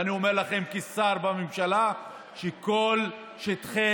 ואני אומר לכם כשר בממשלה שכל שטחי